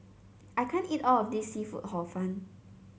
I can't eat all of this seafood Hor Fun